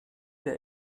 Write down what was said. der